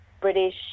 British